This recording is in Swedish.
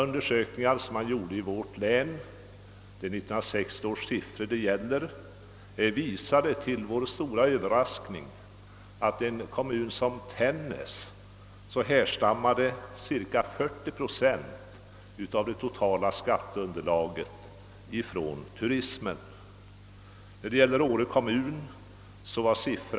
Undersökningar som gjorts i vårt län visade sålunda till vår stora Överraskning, att i Tännäs kommun kom 40 procent av det totala skatteunderlaget från turismen. Utredningen gäller 1960 års siffror.